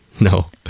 No